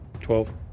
Twelve